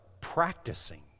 practicing